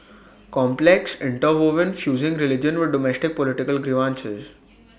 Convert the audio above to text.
complex interwoven fusing religion with domestic political grievances